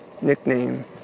nickname